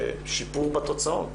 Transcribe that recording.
שיפור בתוצאות.